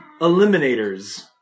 eliminators